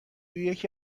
یکی